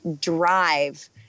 drive